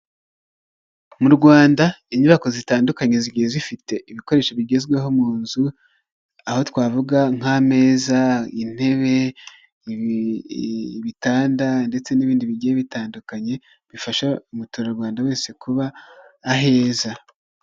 Mu Rwanda inyubako zitandukanye zigiye zifite ibikoresho bigezweho mu nzu, aho twavuga nk'ameza, intebe, ibitanda ndetse n'ibindi bigiye bitandukanye bifasha umuturarwanda wese kuba aheza.